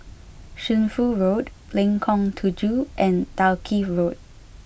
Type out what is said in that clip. Shunfu Road Lengkong Tujuh and Dalkeith Road